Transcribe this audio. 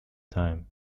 time